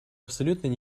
абсолютной